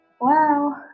Wow